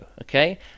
okay